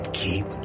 keep